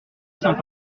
saint